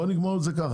בואו נגמור עם זה ככה.